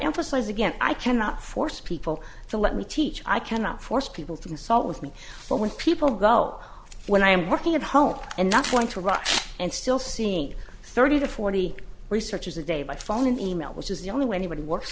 emphasize again i cannot force people to let me teach i cannot force people to consult with me but when people go when i am working at home and not want to rush and still seeing thirty to forty researchers a day by phone and email which is the only way anybody works